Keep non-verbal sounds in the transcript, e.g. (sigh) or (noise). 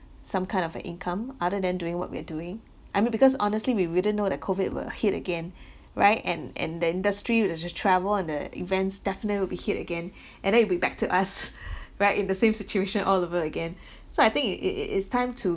some kind of an income other than doing what we're doing I mean because honestly we wouldn't know that COVID will hit again right and and the industry which is travel on the events definitely would be hit again and then it'll be back to us (laughs) right in the same situation all over again so I think it it it is time to